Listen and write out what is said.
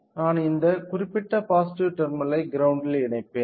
நான் இந்த குறிப்பிட்ட பாசிட்டிவ் டெர்மினல் ஐ கிரௌண்ட்டில் இணைப்பேன்